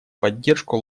поддержку